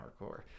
hardcore